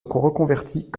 reconvertit